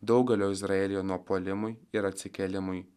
daugelio izraelyje nuopuolimui ir atsikėlimui